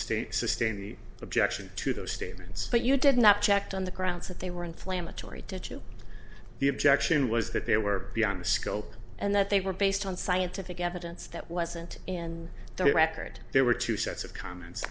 the objection to those statements but you did not checked on the grounds that they were inflammatory to chew the objection was that they were beyond the scope and that they were based on scientific evidence that wasn't in the record there were two sets of comments